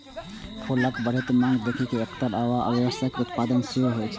फूलक बढ़ैत मांग देखि कें एकर आब व्यावसायिक उत्पादन सेहो होइ छै